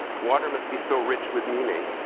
water must be so rich with meaning,